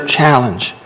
challenge